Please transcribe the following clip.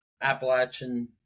Appalachian